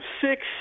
six